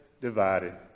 divided